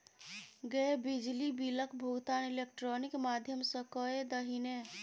गै बिजली बिलक भुगतान इलेक्ट्रॉनिक माध्यम सँ कए दही ने